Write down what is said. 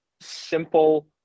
simple